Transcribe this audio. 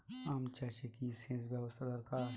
আম চাষে কি সেচ ব্যবস্থা দরকার?